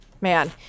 man